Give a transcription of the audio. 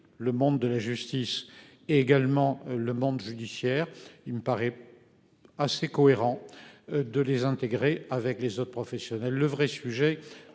le monde de la justice également le monde judiciaire il me paraît. Assez cohérent de les intégrer avec les autres professionnels. Le vrai sujet